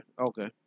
okay